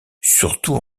surtout